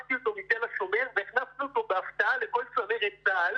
נסעתי אתו מתל השומר והכנסתי אותו בהפתעה לכל צמרת צה"ל